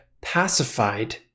pacified